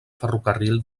ferrocarril